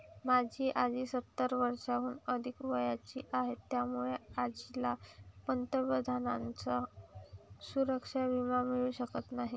माझी आजी सत्तर वर्षांहून अधिक वयाची आहे, त्यामुळे आजीला पंतप्रधानांचा सुरक्षा विमा मिळू शकत नाही